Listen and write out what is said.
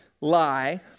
lie